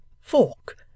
Fork